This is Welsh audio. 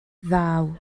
ddaw